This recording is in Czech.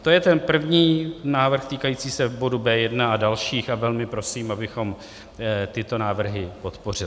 To je ten první návrh týkající se bodu B1 a dalších a velmi prosím, abychom tyto návrhy podpořili.